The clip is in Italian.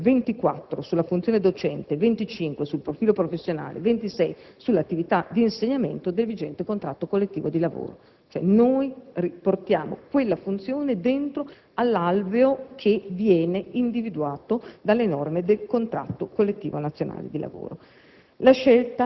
dagli articoli 24 (funzione docente), 25 (profilo professionale) e 26 (attività di insegnamento) del vigente contratto collettivo di lavoro. In sostanza, noi riportiamo quella funzione nell'alveo individuato dalle norme del contratto collettivo nazionale di lavoro.